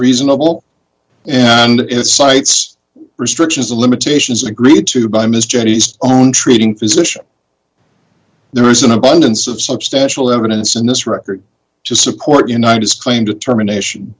reasonable and it cites restrictions the limitations agreed to by ms jenny's own treating physician there is an abundance of substantial evidence in this record to support you know just plain determination